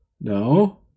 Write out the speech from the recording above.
No